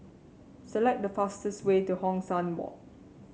select the fastest way to Hong San Walk